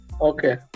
Okay